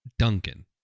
Duncan